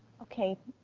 okay,